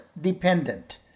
dependent